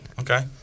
Okay